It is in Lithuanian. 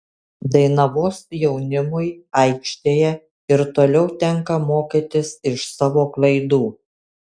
dainavos jaunimui aikštėje ir toliau tenka mokytis iš savo klaidų